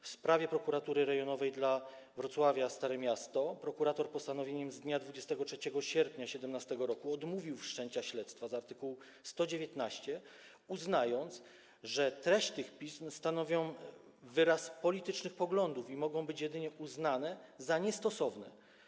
W wypadku Prokuratury Rejonowej dla Wrocławia Stare Miasto prokurator postanowieniem z dnia 23 sierpnia 2017 r. odmówił wszczęcia śledztwa z art. 119, uznając, że treść tych pism stanowi wyraz politycznych poglądów i mogą być one jedynie uznane za niestosowne.